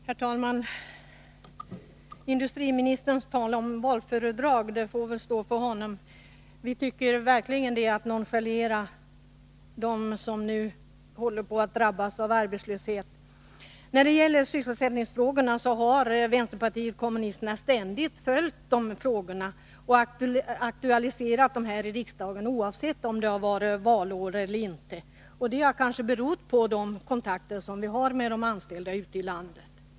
Herr talman! Industriministerns tal om valföredrag får stå för honom. Vi tycker det är att verkligen nonchalera dem som nu håller på att drabbas av arbetslöshet. När det gäller sysselsättningsfrågorna så har vänsterpartiet kommunisterna ständigt följt dem och aktualiserat dem här i riksdagen, oavsett om det varit valår eller inte. Det har kanske berott på de kontakter som vi har med de anställda ute i landet.